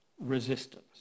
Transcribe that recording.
resistance